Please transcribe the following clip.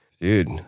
dude